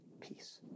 Peace